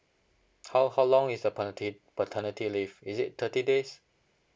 how how long is the penalty paternity leave is it thirty days